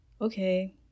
okay